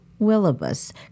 Willibus